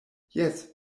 jes